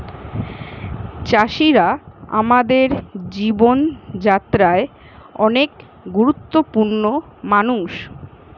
চাষিরা আমাদের জীবন যাত্রায় অনেক গুরুত্বপূর্ণ মানুষ